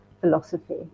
philosophy